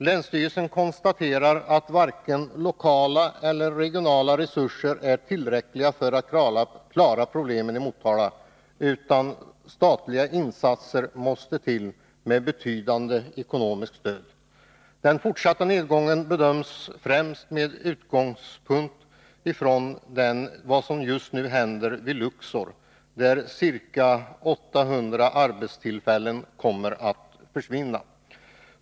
Länsstyrelsen konstaterar att varken lokala eller regionala resurser är tillräckliga för att klara problemen i Motala, utan statliga insatser med betydande ekonomiskt stöd måste till. Bedömningen av den fortsatta nedgången har främst skett med utgångspunkt i vad som just nu händer vid Luxor, där ca 800 arbetstillfällen kommer att försvinna.